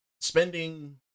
spending